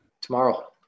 Tomorrow